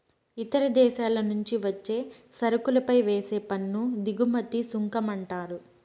ఇతర దేశాల నుంచి వచ్చే సరుకులపై వేసే పన్ను దిగుమతి సుంకమంట